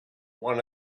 one